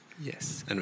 Yes